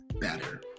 better